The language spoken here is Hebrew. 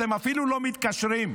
אתם אפילו לא מתקשרים לקרוא,